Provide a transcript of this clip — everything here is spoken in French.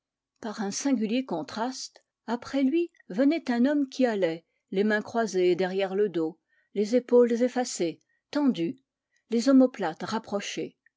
par un singulier contraste après lui venait un homme qui allait les mains croisées derrière le dos les épaules effacées tendues les omoplates rapprochées